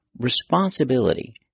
responsibility